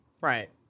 Right